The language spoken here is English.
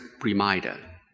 reminder